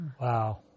Wow